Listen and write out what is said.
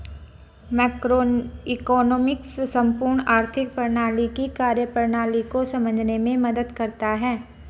macroeconomics संपूर्ण आर्थिक प्रणाली की कार्यप्रणाली को समझने में मदद करता है